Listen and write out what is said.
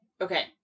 Okay